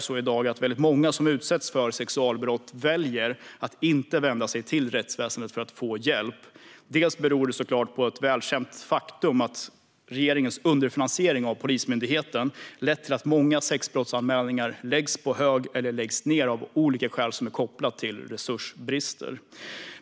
I dag väljer väldigt många som utsätts för sexualbrott att inte vända sig till rättsväsendet för att få hjälp. Dels beror det såklart på ett välkänt faktum: att regeringens underfinansiering av Polismyndigheten lett till att många sexbrottsanmälningar läggs på hög eller läggs ned av olika skäl kopplade till resursbrister.